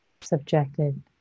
subjected